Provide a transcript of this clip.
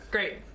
Great